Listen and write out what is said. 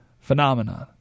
phenomenon